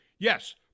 Yes